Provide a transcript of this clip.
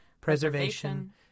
preservation